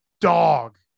dog